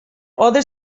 other